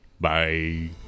Bye